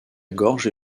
gorge